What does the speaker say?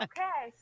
Okay